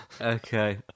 Okay